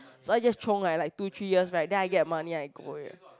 so I just chiong right like two three years right then I get the money I go already